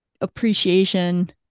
appreciation